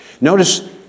Notice